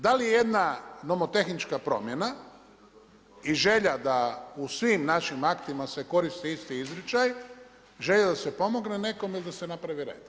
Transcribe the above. Da li jedna nomotehnička promjena i želja da u svim našim aktima se koristi isti izričaj, želja da se pomogne nekome i da se napravi reda?